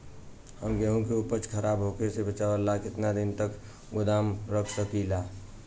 हम गेहूं के उपज खराब होखे से बचाव ला केतना दिन तक गोदाम रख सकी ला?